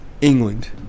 England